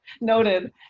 noted